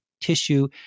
tissue